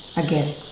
again,